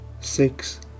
six